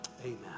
amen